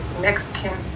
mexican